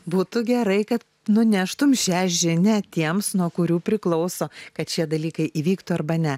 būtų gerai kad nuneštum šią žinią tiems nuo kurių priklauso kad šie dalykai įvyktų arba ne